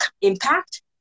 impact